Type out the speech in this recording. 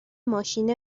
ماشین